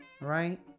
Right